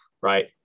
right